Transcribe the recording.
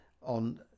on